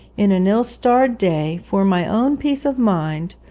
in an ill-starred day for my own peace of mind,